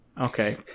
Okay